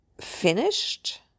finished